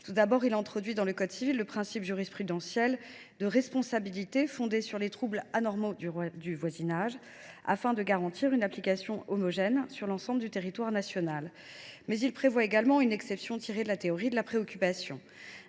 Tout d’abord, il s’agit d’introduire dans le code civil le principe jurisprudentiel de responsabilité fondée sur les troubles anormaux du voisinage afin d’en garantir une application homogène sur l’ensemble du territoire national. Le texte prévoit également une exception tirée de la théorie de la pré occupation.